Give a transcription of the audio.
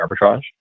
arbitrage